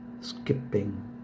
Skipping